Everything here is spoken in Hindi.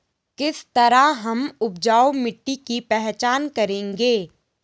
किस तरह हम उपजाऊ मिट्टी की पहचान करेंगे?